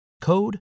code